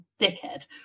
dickhead